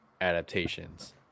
adaptations